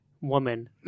Woman